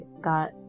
got